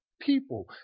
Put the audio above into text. people